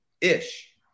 ish